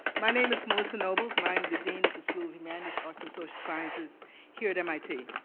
my name is melissa nobles, and i'm the dean of the school of humanities arts and social sciences here at mit.